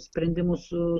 sprendimų su